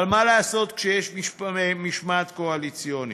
אבל מה לעשות שיש משמעת קואליציונית?